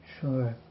sure